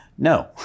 No